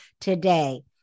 today